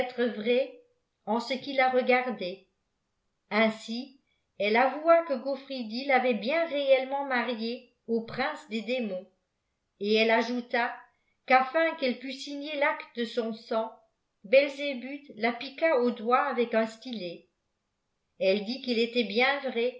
en ce qui la regardait ainsi e le avquaque gaifridi l'avail bîeb réellement mariée au prmce des démons et elle ajouti qti'afitt qu'elle pût signer l'acte de son sang belsébuth la piqud m doît avec un stylet elle dit qu'il était bien vrai